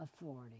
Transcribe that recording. authority